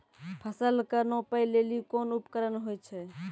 फसल कऽ नापै लेली कोन उपकरण होय छै?